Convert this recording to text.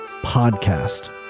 PODCAST